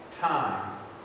time